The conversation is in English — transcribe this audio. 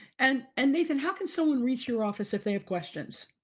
and and nathan, how can someone reach your office if they have questions?